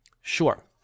Sure